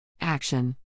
Action